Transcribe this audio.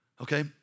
okay